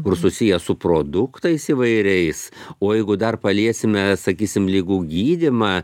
kur susiję su produktais įvairiais o jeigu dar paliesime sakysim ligų gydymą